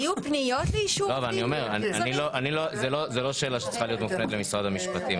לא שאלה שצריכה להיות מופנית למשרד המשפטים.